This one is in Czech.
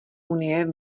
unie